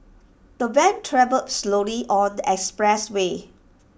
the van travelled slowly on the expressway